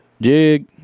jig